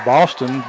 Boston